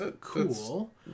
cool